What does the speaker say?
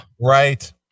Right